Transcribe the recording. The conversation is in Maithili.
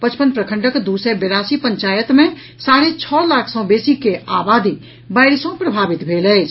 पचपन प्रखंडक दू सय बेरासी पंचायत मे साढ़े छओ लाख सँ बेसी के आबादी बाढ़ि सँ प्रभावित भेल अछि